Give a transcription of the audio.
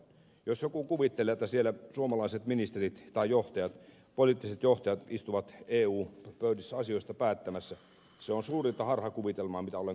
jos joku kuvittelee että siellä suomalaiset ministerit tai johtajat poliittiset johtajat istuvat eu pöydissä asioista päättämässä se on suurinta harhakuvitelmaa mitä olen koskaan nähnyt